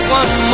one